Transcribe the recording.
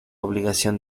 obligación